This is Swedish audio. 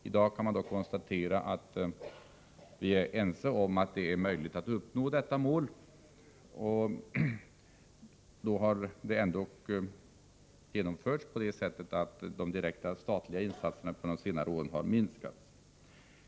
I dag kan det dock konstateras att vi är ense om att det är möjligt att uppnå det mål som angavs där. Målet har också nåtts trots att de direkta statliga insatserna under senare år har minskats.